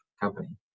company